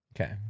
Okay